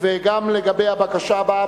וגם לגבי הבקשה הבאה,